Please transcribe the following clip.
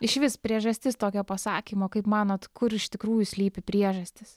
išvis priežastis tokio pasakymo kaip manot kur iš tikrųjų slypi priežastys